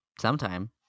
sometime